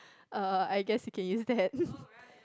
uh I guess you can use that